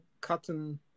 cotton